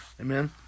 Amen